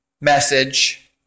message